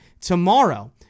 tomorrow